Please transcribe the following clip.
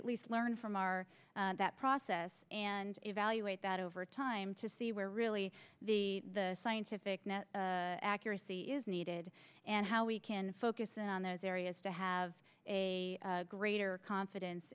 at least learn from our that process and evaluate that over time to see where really the scientific net accuracy is needed and how we can focus in on those areas to have a greater confidence